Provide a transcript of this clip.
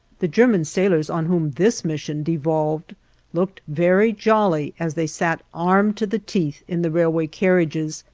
the german sailors on whom this mission devolved looked very jolly as they sat armed to the teeth in the railway carriages,